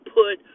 put